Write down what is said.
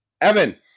Evan